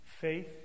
Faith